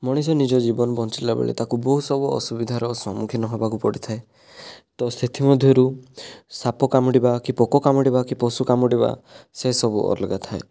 ମଣିଷ ନିଜ ଜୀବନ ବଞ୍ଚିଲାବେଳେ ତାକୁ ବହୁତ ସବୁ ଅସୁବିଧାର ସମ୍ମୁଖୀନ ହବାକୁ ପଡ଼ିଥାଏ ତ ସେଥିମଧ୍ୟରୁ ସାପ କାମୁଡ଼ିବା କି ପୋକ କାମୁଡ଼ିବା କି ପଶୁ କାମୁଡ଼ିବା ସେସବୁ ଅଲଗା ଥାଏ